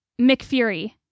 McFury